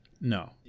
no